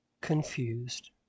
confused